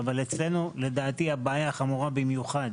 אבל אצלנו, לדעתי, הבעיה חמורה במיוחד.